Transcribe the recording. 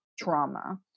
trauma